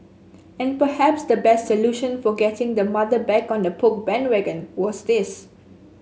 and perhaps the best solution for getting the mother back on the Poke bandwagon was this